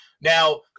Now